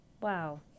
Wow